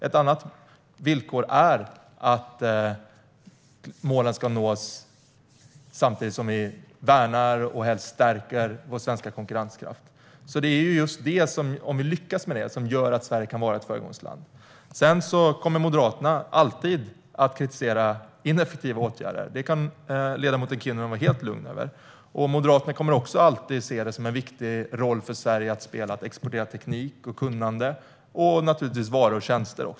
Ett annat villkor är att målen ska nås samtidigt som vi värnar och helst stärker vår svenska konkurrenskraft. Om vi lyckas med det kan Sverige vara ett föregångsland. Sedan kommer Moderaterna alltid att kritisera ineffektiva åtgärder. Det kan ledamoten Kinnunen vara helt lugn över. Moderaterna kommer också att alltid se det som en viktig roll för Sverige att exportera teknik, kunnande och naturligtvis varor och tjänster.